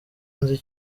nzi